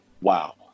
Wow